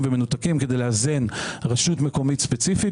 ומנותקים כדי לאזן רשות מקומית ספציפית,